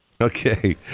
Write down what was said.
Okay